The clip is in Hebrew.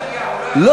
הוא